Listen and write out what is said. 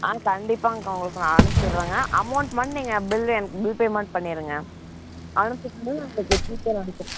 ஆ கண்டிப்பாகங்க உங்களுக்கு நான் அனுப்ச்சுவிட்றேங்க அமௌண்ட் மட்டும் நீங்கள் பில் எனக்கு பில் பேமெண்ட் பண்ணிருங்க